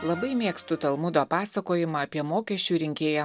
labai mėgstu talmudo pasakojimą apie mokesčių rinkėją